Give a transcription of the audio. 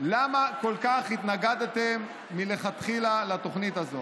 למה כל כך התנגדתם מלכתחילה לתוכנית הזו,